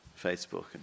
Facebook